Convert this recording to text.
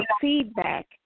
feedback